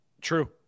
True